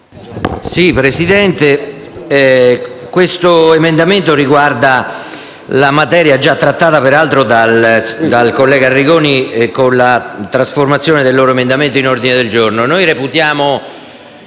*(FdI)*. Questo emendamento riguarda una materia già trattata peraltro dal collega Arrigoni, con la trasformazione del suo emendamento in un ordine del giorno.